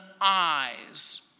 eyes